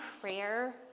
prayer